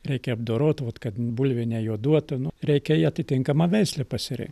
reikia apdorot vot kad bulvė nejuoduotų nu reikia į atitinkamą veislė pasirinkt